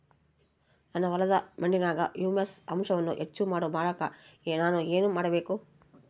ನನ್ನ ಹೊಲದ ಮಣ್ಣಿನಾಗ ಹ್ಯೂಮಸ್ ಅಂಶವನ್ನ ಹೆಚ್ಚು ಮಾಡಾಕ ನಾನು ಏನು ಮಾಡಬೇಕು?